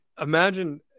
imagine